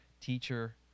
teacher